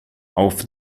auf